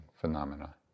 phenomena